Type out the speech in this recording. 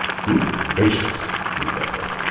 good gracious! fumed egbert,